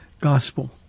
gospel